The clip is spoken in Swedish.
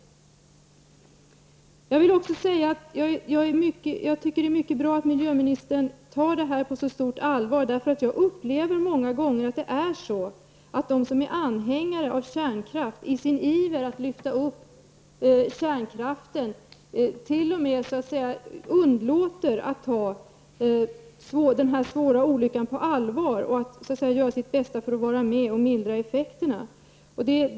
Det är mycket bra att miljöministern tar det här på så stort allvar. Jag upplever nämligen många gånger att de som är anhängare av kärnkraft i sin iver att lyfta fram kärnkraften t.o.m. underlåter att ta den svåra olyckan på allvar och göra sitt bästa för att vara med och mildra effekterna.